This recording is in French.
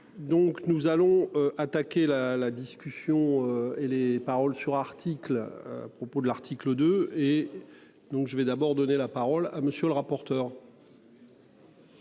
Donc nous allons attaquer la la discussion et les paroles sur article à propos de l'article de et. Donc je vais d'abord donner la parole à monsieur le rapporteur.